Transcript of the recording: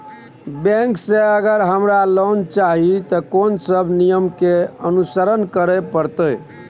Bank से अगर हमरा लोन चाही ते कोन सब नियम के अनुसरण करे परतै?